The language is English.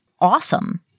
awesome